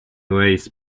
race